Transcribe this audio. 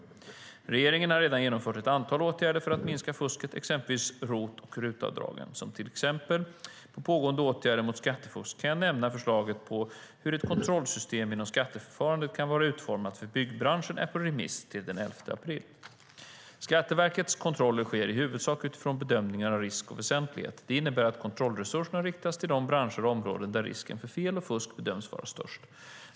Regeringen har redan genomfört ett antal åtgärder för att minska fusket, exempelvis ROT och RUT-avdragen. Som exempel på pågående åtgärder mot skattefusk kan jag nämna att förslaget på hur ett kontrollsystem inom skatteförfarandet kan vara utformat för byggbranschen är på remiss till den 11 april. Skatteverkets kontroller sker i huvudsak utifrån bedömningar av risk och väsentlighet. Det innebär att kontrollresurserna riktas till de branscher och områden där risken för fel och fusk bedöms vara störst.